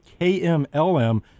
KMLM